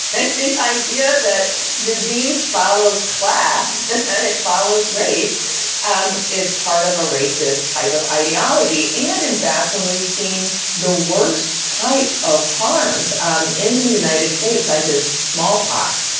the idea that disease follows class, that it follows race and is part of a racist type of ideology. and in fact, when we've seen the worst type of harms um in the united states, such as smallpox,